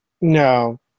No